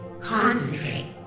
Concentrate